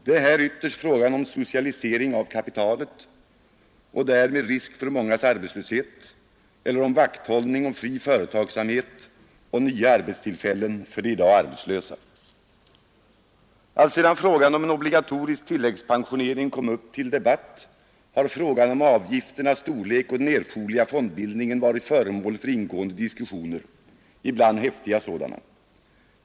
Det är här ytterst fråga om en socialisering av kapitalet — och därmed risk för mångas arbetslöshet — eller om vakthållning om fri företagsamhet och nya arbetstillfällen för de i dag arbetslösa. Alltsedan frågan om en obligatorisk tilläggspensionering kom upp till debatt har frågan om avgifternas storlek och den erforderliga fondbildningen varit föremål för ingående diskussioner — ibland häftiga sådana.